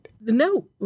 No